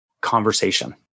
conversation